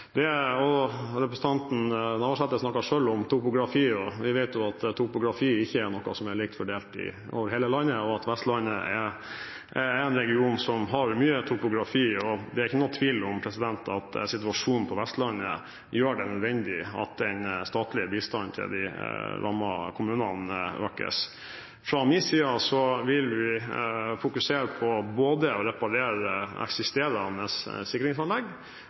Representanten Navarsete snakket selv om topografi, og vi vet jo at topografien ikke er lik over hele landet, og at Vestlandet er en region som har utfordrende topografi. Det er ikke noen tvil om at situasjonen på Vestlandet gjør det nødvendig at den statlige bistanden til de rammede kommunene økes. Fra min side vil vi fokusere på å reparere eksisterende sikringsanlegg,